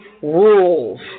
Rules